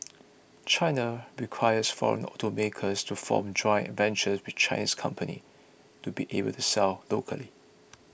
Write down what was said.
China requires foreign automakers to form joint ventures with Chinese companies to be able to sell locally